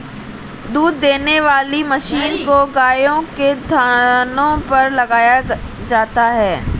दूध देने वाली मशीन को गायों के थनों पर लगाया जाता है